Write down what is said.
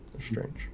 strange